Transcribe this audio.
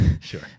Sure